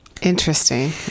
Interesting